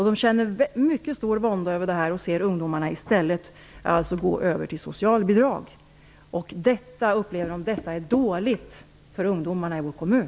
De känner mycket stor vånda över detta. De ser ungdomarna gå över till socialbidrag. De upplever att det är dåligt för ungdomarna i deras kommun.